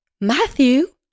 Matthew